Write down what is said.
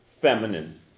feminine